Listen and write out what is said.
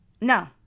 No